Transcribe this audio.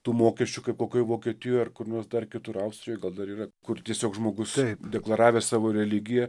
tų mokesčių kaip kokioj vokietijoj ar kur nors dar kitur austrijoj gal dar yra kur tiesiog žmogus deklaravęs savo religiją